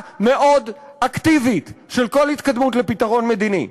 מאוד אקטיבית של כל התקדמות לפתרון מדיני,